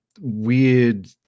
weird